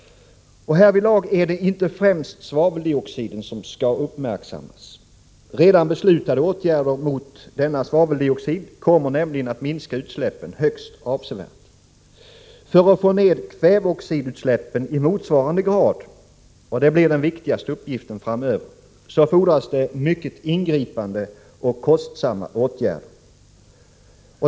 Härvidlag är det inte främst svaveldioxiden som skall uppmärksammas. Redan beslutade åtgärder mot svaveldioxid kommer nämligen att minska utsläppen högst avsevärt. För att få ned kväveoxidutsläppen i motsvarande grad — och det blir den viktigaste uppgiften framöver — fordras det mycket ingripande och kostsamma åtgärder.